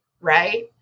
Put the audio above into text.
right